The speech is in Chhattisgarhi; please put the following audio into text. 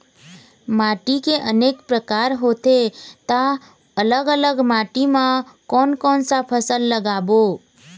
माटी के अनेक प्रकार होथे ता अलग अलग माटी मा कोन कौन सा फसल लगाबो?